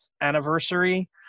anniversary